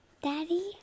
Daddy